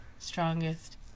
strongest